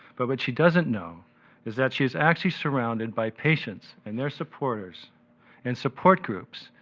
but what she doesn't know is that she is actually surrounded by patients and their supporters and support groups,